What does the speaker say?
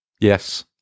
Yes